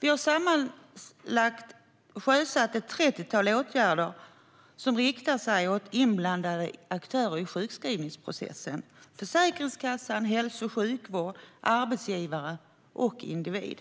Vi har sammanlagt sjösatt ett trettiotal åtgärder som riktar sig till inblandade aktörer i sjukskrivningsprocessen: Försäkringskassan, hälso och sjukvården, arbetsgivare och individer.